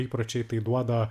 įpročiai tai duoda